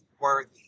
worthy